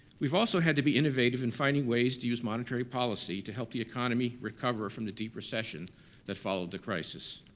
we've also had to be innovative in finding ways to use monetary policy to help the economy recover from the deep recession that followed the crisis.